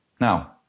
Now